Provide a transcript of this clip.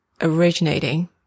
originating